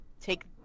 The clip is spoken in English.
take